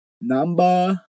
number